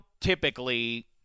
typically